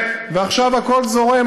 ועכשיו הכול זורם,